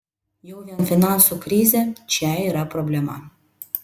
jau vien finansų krizė čia yra problema